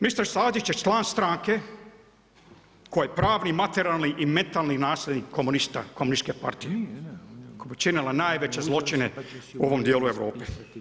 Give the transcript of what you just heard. Mistere Stazić je član stranke, koju pravni, materijalni i metalni nasljednik komunista, komunističke partije, koja je počinila najveće zločine u ovom dijelu Europe.